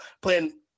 playing –